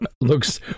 looks